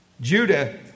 Judah